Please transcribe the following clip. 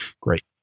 Great